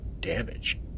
damage